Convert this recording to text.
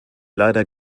leider